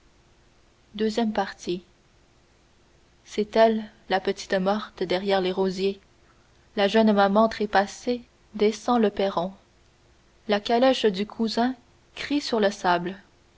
ii c'est elle la petite morte derrière les rosiers la jeune maman trépassée descend le perron la calèche du cousin crie sur le sable